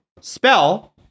Spell